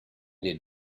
they